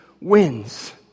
wins